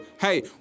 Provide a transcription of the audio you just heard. Hey